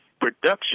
production